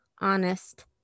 honest